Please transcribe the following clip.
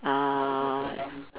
uh